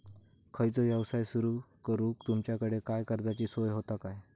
खयचो यवसाय सुरू करूक तुमच्याकडे काय कर्जाची सोय होता काय?